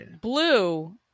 Blue